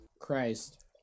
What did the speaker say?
Christ